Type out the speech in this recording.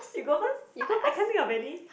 you go first I I can't think of any